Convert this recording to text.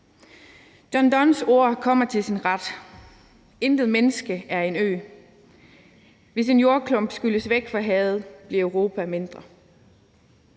John Donnes ord kommer til sin ret: Intet mennesket er en ø. Hvis en jordklump skylles væk fra havet, bliver Europa mindre.